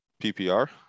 PPR